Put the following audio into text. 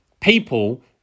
people